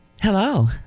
Hello